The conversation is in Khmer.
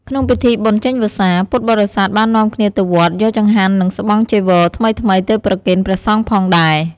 ក្នុងពិធីបុណ្យចេញវស្សា ពុទ្ធបរិស័ទបាននាំគ្នាទៅវត្ត យកចង្ហាន់និងស្បង់ចីវរថ្មីៗទៅប្រគេនព្រះសង្ឃផងដែរ។